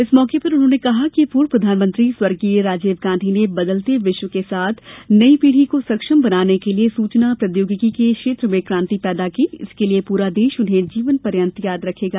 इस मौके पर उन्होंने कहा कि पूर्व प्रधानमंत्री स्वर्गीय राजीव गांधी ने बदलते विश्व के साथ नई पीढ़ी को सक्षम बनाने के लिये सूचना प्रौद्योगिकी के क्षेत्र में कांति पैदा की इसके लिये पूरा देश उन्हें जीवन पर्यन्त याद रखेगा